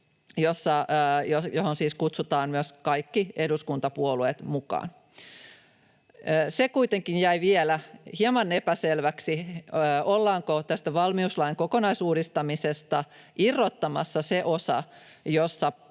johon siis kutsutaan kaikki eduskuntapuolueet mukaan. Se kuitenkin jäi vielä hieman epäselväksi, ollaanko tästä valmiuslain kokonaisuudistamisesta irrottamassa se osa, jossa